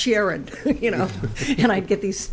sherrod you know and i get these